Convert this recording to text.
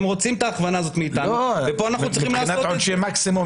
הם רוצים את ההכוונה הזאת מאתנו ופה אנחנו צריכים לעשות את זה.